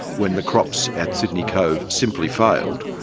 when the crops at sydney cove simply failed,